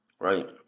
Right